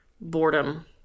boredom